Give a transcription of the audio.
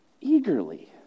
eagerly